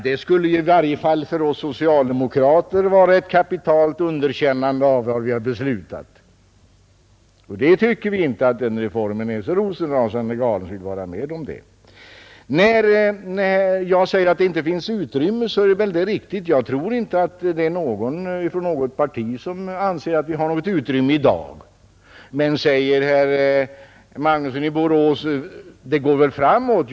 Det skulle i varje fall för oss socialdemokrater vara ett kapitalt underkännande av vad vi har beslutat. Vi tycker inte att reformen är så rosenrasande galen att vi vill vara med om det. När jag säger att det inte finns utrymme, är det väl riktigt. Det finns väl ingen från något parti som anser att vi har något utrymme i dag. Men det går väl framåt, säger herr Magnusson i Borås.